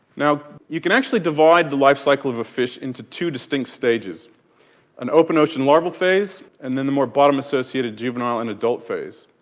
now you can actually divide the life cycle of a fish into two distinct stages an open ocean larval phase and then the more bottom associated juvenile and adult phase.